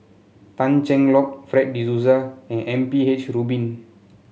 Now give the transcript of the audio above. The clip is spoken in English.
Tan Cheng Lock Fred De Souza and M P H Rubin